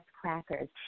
crackers